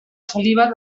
saliva